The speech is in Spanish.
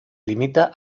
limita